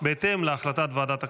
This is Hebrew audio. יאיר